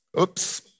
Oops